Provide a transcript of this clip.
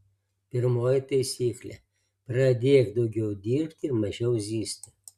pirmoji taisyklė pradėk daugiau dirbti ir mažiau zyzti